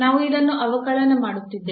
ನಾವು ಇದನ್ನು ಅವಕಲನ ಮಾಡುತ್ತಿದ್ದೇವೆ